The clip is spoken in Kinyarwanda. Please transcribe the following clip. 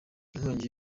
inkongi